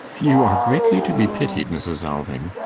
you are greatly to be pitied, mrs. alving.